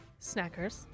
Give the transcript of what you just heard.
Snackers